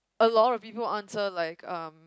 a lot of people answer like um